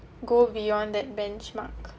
go beyond that benchmark